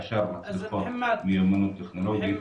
-- אשר מצריכות מיומנות טכנולוגית,